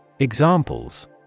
Examples